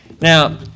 Now